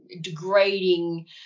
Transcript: degrading